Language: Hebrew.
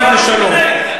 יד לשלום.